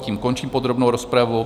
Tím končím podrobnou rozpravu.